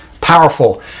powerful